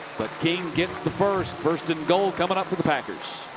but king gets the first. first and goal coming up to the packers.